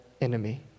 enemy